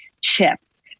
chips